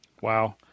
Wow